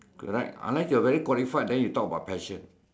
correct unless you are very qualified then you talk about passion